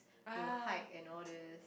to hike and all these